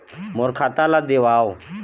मोर खाता ला देवाव?